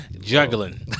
juggling